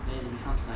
then it becomes like